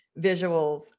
visuals